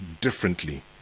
differently